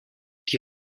die